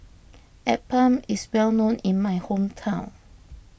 Appam is well known in my hometown